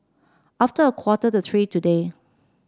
after a quarter to three today